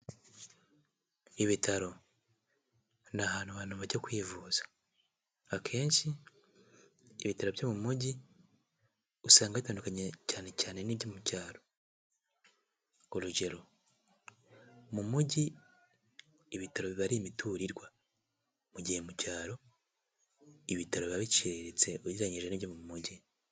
Ibitaro ni ahantu abantu bajya kwivuza, akenshi ibitaro byo mu mujyi usanga bitandukanye cyane cyane n'ibyo mu cyaro urugero: mu mujyi ibitaro biba ari imiturirwa ,mugiye mu cyaro ibitaro biba biciriritse ugereranyije n'ibyo mu mujyi.